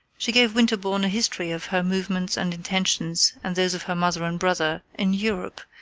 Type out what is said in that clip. she gave winterbourne a history of her movements and intentions and those of her mother and brother, in europe,